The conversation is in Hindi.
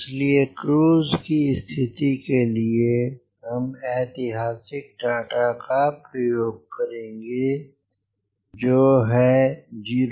इसलिए क्रूज की स्थिति के लिए हम ऐतिहासिक डाटा का प्रयोग करेंगे जो है 09